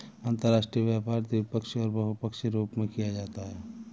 अंतर्राष्ट्रीय व्यापार द्विपक्षीय और बहुपक्षीय रूप में किया जाता है